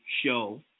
show